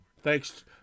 Thanks